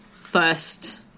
first